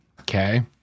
Okay